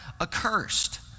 accursed